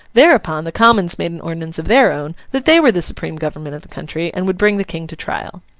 thereupon, the commons made an ordinance of their own, that they were the supreme government of the country, and would bring the king to trial.